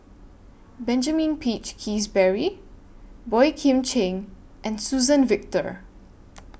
Benjamin Peach Keasberry Boey Kim Cheng and Suzann Victor